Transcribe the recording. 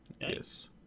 Yes